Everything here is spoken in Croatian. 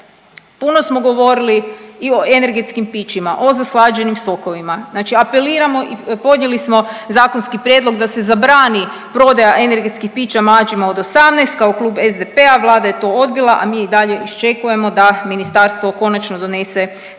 puno smo govorili i o energetskim pićima, o zaslađenim sokovima, znači apeliramo i podnijeli smo zakonski prijedlog da se zabrani prodaja energetskih pića mlađima od 18 kao klub SDP-a, Vlada je to odbila, a mi i dalje iščekujemo da ministarstvo konačno donese taj svoj